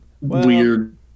weird